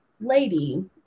lady